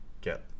get